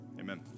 Amen